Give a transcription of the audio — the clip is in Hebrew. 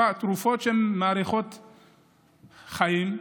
תרופות שמאריכות חיים,